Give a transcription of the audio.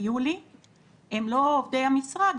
הם לא עובדי המשרד,